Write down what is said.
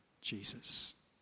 Jesus